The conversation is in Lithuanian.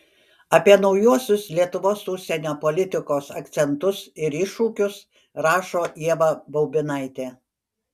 apie naujuosius lietuvos užsienio politikos akcentus ir iššūkius rašo ieva baubinaitė